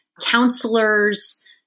counselors